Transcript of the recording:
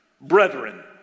brethren